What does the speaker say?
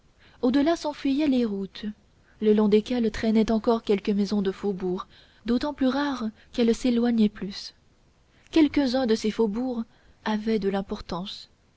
delà s'enfuyaient les routes le long desquelles traînaient encore quelques maisons de faubourg d'autant plus rares qu'elles s'éloignaient plus quelques-uns de ces faubourgs avaient de l'importance